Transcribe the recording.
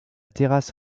terrasse